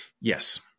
yes